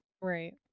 Right